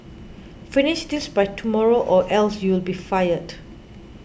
finish this by tomorrow or else you'll be fired